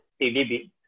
TDB